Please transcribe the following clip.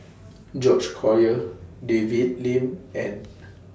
George Collyer David Lim and